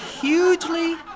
hugely